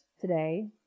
today